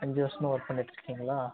அஞ்சு வருஷமாக ஒர்க் பண்ணிட்ருக்கிங்களா